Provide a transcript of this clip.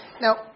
Now